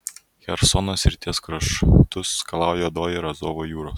chersono srities kraštus skalauja juodoji ir azovo jūros